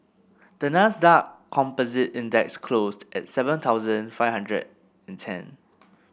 the Nasdaq Composite Index closed at seven thousand five hundred and ten